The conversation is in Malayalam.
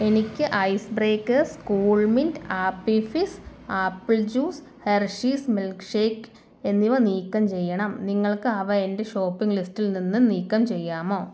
എനിക്ക് ice breakers coolmint appy fizz apple juice Hershey's milk shake എന്നിവ നീക്കം ചെയ്യണം നിങ്ങൾക്ക് അവ എന്റെ ഷോപ്പിംഗ് ലിസ്റ്റിൽ നിന്ന് നീക്കം ചെയ്യാമോ